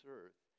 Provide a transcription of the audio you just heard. earth